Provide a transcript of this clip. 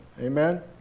amen